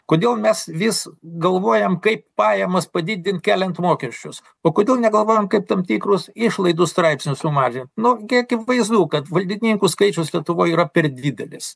kodėl mes vis galvojam kaip pajamas padidint keliant mokesčius o kodėl negalvojam kaip tam tikrus išlaidų straipsnius sumažint nu gi akivaizdu kad valdininkų skaičius lietuvoj yra per didelis